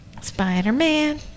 Spider-Man